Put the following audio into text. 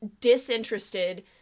disinterested